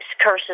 curses